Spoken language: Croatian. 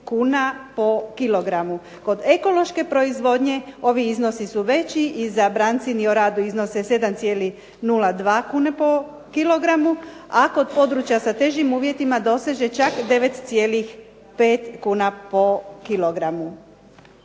Kod ekološke proizvodnje ovi iznosi su veći i za brancin i oradu iznose 7,02 kune po kilogramu, a kod područja sa težim uvjetima doseže čak 9,5 kuna po kilogramu.